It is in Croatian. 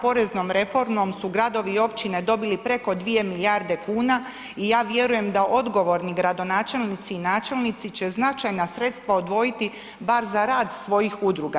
Poreznom reformom su gradovi i općine dobili preko 2 milijarde kuna i ja vjerujem da odgovorni gradonačelnici i načelnici će značajna sredstva odvojiti bar za rad svojih udruga.